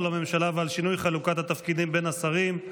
לממשלה ועל שינוי חלוקת התפקידים בין השרים.